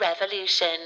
Revolution